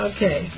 Okay